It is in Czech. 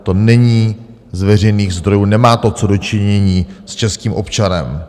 To není z veřejných zdrojů, nemá to co do činění s českým občanem.